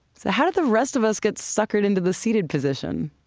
so how do the rest of us get suckered into the seated position?